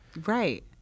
Right